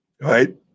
Right